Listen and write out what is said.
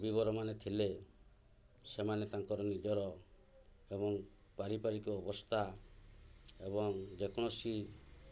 ବିବରମାନେ ଥିଲେ ସେମାନେ ତାଙ୍କର ନିଜର ଏବଂ ପାରିବାରିକ ଅବସ୍ଥା ଏବଂ ଯେକୌଣସି